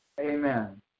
Amen